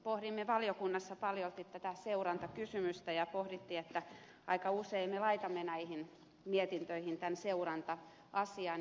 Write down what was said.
pohdimme valiokunnassa paljolti tätä seurantakysymystä ja pohdittiin että aika usein me laitamme näihin mietintöihin tämän seuranta asian